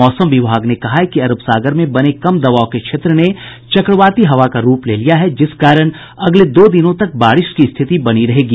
मौसम विभाग ने कहा है कि अरब सागर में बने कम दबाव के क्षेत्र ने चक्रवाती हवा का रूप ले लिया है जिस कारण अगले दो दिनों तक बारिश की स्थिति बनी रहेगी